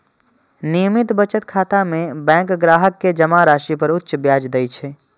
नियमित बचत खाता मे बैंक ग्राहक कें जमा राशि पर उच्च ब्याज दै छै